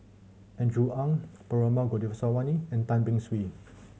Andrew Ang Perumal Govindaswamy and Tan Beng Swee